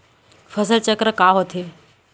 फसल चक्र का होथे?